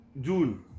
June